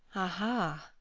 aha!